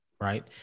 right